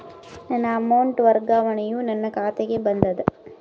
ನನ್ನ ಅಮೌಂಟ್ ವರ್ಗಾವಣೆಯು ನನ್ನ ಖಾತೆಗೆ ಬಂದದ